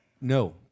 No